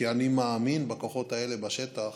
כי אני מאמין בכוחות האלה בשטח,